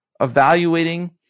evaluating